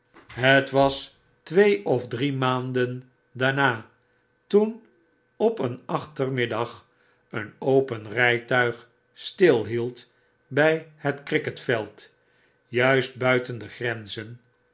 het was twee of drie maanden daarna toen op een achtermiddag een open ry tuig stilhield toy het cricket veld juist buiten de grenzen